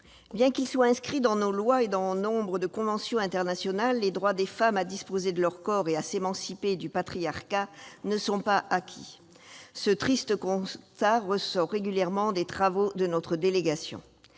bien qu'ils soient inscrits dans nos lois et dans nombre de conventions internationales, les droits des femmes à disposer de leur corps et à s'émanciper du patriarcat ne sont pas acquis. Ce triste constat ressort régulièrement des travaux de notre délégation.